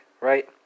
right